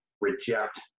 reject